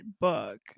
book